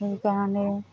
সেইকাৰণে